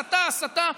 הסתה,